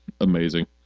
amazing